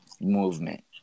movement